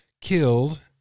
killed